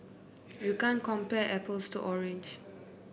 you can't compare apples to orange